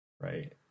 Right